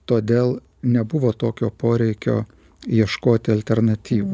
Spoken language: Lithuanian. todėl nebuvo tokio poreikio ieškoti alternatyv